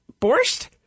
Borscht